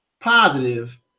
positive